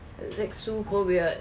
like super weird